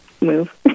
move